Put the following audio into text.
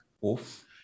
off